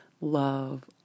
love